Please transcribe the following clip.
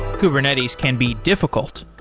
kubernetes can be difficult.